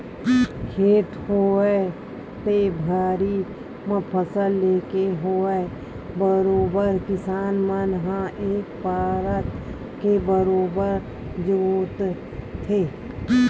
खेत होवय ते भर्री म फसल लेके होवय बरोबर किसान मन ह एक परत के बरोबर जोंतथे